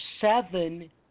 seven